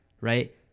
Right